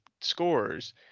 scores